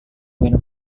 when